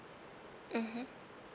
mmhmm